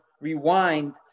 rewind